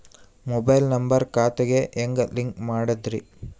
Mobile number ಖಾತೆ ಗೆ ಹೆಂಗ್ ಲಿಂಕ್ ಮಾಡದ್ರಿ?